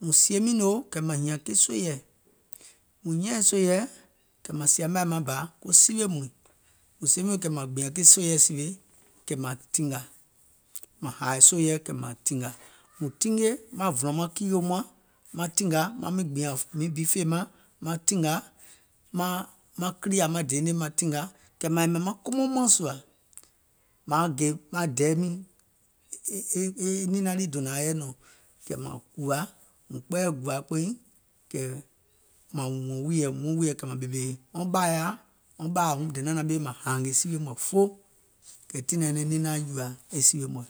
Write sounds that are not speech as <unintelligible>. mùŋ sìè miìŋ nòo kɛ̀ mȧŋ hìȧŋ ke sòìɛ, kɛ̀ maŋ sìȧ mȧì maŋ bȧ ko siwè muìŋ, mùŋ sìè miŋ noo kɛ̀ mȧŋ gbìȧŋ ke sòìɛ ko sìwè kɛ̀ mȧŋ tìngȧ mȧŋ hȧȧ sòìɛ kɛ̀ mȧŋ tìngȧ, mùŋ tinge maŋ vùlɔ̀ŋ maŋ kiiyòum mȧŋ maŋ miŋ tìngȧ maŋ gbìȧŋ miiŋ bi fèemȧŋ maŋ tìngȧ, maŋ kiliȧ maŋ deenè maŋ tìngȧ, kɛ̀ maŋ yɛ̀mɛ̀ maŋ kɔmɔum mȧŋ sùȧ mȧaŋ gè maŋ dɛɛ miiŋ <unintelligible> e ninaŋ lii dònȧaŋ yɛi nɔ̀ŋ kɛ̀ mȧŋ gùȧ, mùŋ kpɛɛyɛ̀ gùa kpeiŋ kɛ̀ mȧŋ wùȧŋ wùìyèɛ, mùŋ wuɔŋ wùìyèɛ kɛ̀ mȧŋ ɓèmè wɔŋ ɓȧyȧa, wɔŋ ɓȧa wuŋ donaȧŋ nȧŋ ɓemè maŋ hȧȧngè siwè mɔ̀ɛ̀ fo, kɛ̀ tiŋ nàŋ nyɛnɛŋ ninaȧŋ jùȧ e siwè mɔ̀ɛ̀.